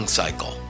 cycle